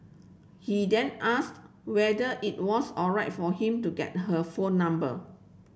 he then asked whether it was alright for him to get her phone number